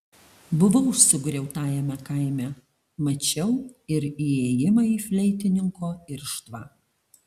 buvau sugriautajame kaime mačiau ir įėjimą į fleitininko irštvą